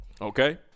Okay